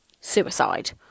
suicide